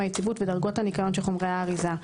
היציבות ודרגות הניקיון של חומרי האריזה,